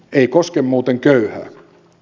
ei koske muuten köyhää